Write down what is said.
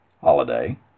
holiday